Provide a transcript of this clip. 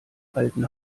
alten